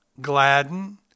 gladden